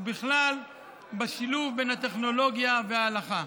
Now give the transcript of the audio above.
בכלל בשילוב בין הטכנולוגיה להלכה.